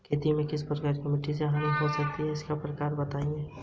एक व्यवसाय द्वारा सृजित उपयोगिताओं के प्रकार क्या हैं?